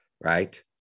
right